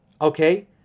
Okay